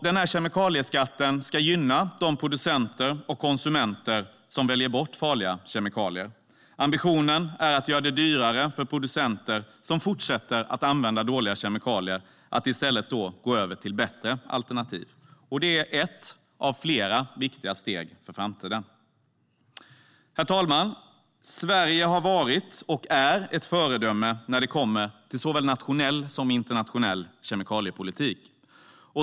Den kemikalieskatten ska gynna de producenter och konsumenter som väljer bort farliga kemikalier. Ambitionen är att göra det dyrare för producenter som fortsätter att använda dåliga kemikalier i stället för att gå över till bättre alternativ. Det är ett av flera viktiga steg för framtiden. Herr talman! Sverige har varit och är ett föredöme när det gäller såväl nationell som internationell kemikaliepolitik.